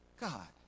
God